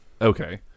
Okay